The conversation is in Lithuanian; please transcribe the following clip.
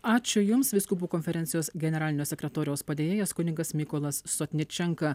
ačiū jums vyskupų konferencijos generalinio sekretoriaus padėjėjas kunigas mykolas sotničenka